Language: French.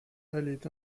allait